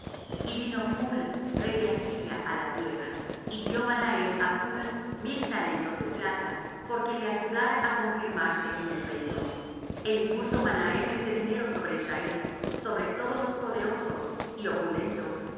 y vino phul rey de asiria á la tierra y dió manahem á phul mil talentos de plata porque le ayudara á confirmarse en el reino e impuso manahem este dinero sobre israel sobre todos los poderosos y opulentos